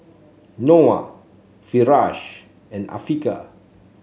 Noah Firash and Afiqah